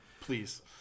Please